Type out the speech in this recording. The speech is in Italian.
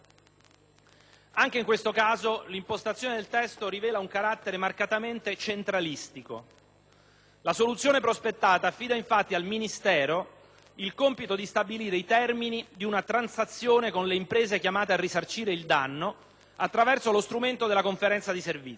Anche in questo caso l'impostazione del testo rivela un carattere marcatamente centralistico. La soluzione prospettata affida infatti al Ministero il compito di stabilire i termini di una transazione con le imprese chiamate a risarcire il danno attraverso lo strumento della conferenza di servizi.